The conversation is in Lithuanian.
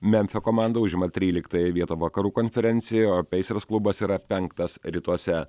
memfio komanda užima tryliktąją vietą vakarų konferencijoje o pacers klubas yra penktas rytuose